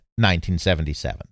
1977